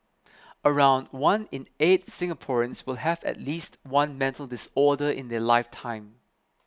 around one in eight Singaporeans will have at least one mental disorder in their lifetime